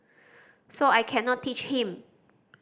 so I cannot teach him